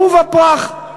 עורבא פרח,